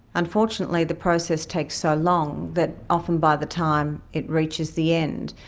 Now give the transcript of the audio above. unfortunately, the process takes so long that often by the time it reaches the end,